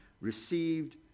received